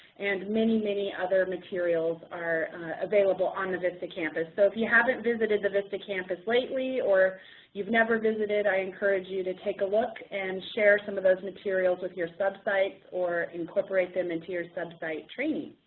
and many, many other materials are available on the vista campus. so if you haven't visited the vista campus lately, or you've never visited, i encourage you to take a look and share some of those materials with your sub-sites or incorporate them into your sub-site training.